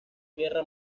guerra